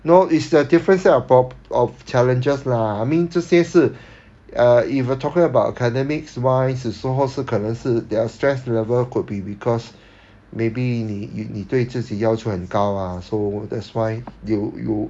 no it's a different set of prob~ of challenges lah I mean 这些是 uh if you are talking about academics wise 的是时候是可能是 their stress level could be because maybe 你你对自己要求很高 ah so that's why you you